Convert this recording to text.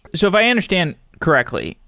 so if i understand correctly,